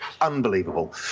Unbelievable